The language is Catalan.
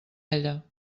ella